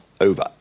over